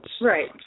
Right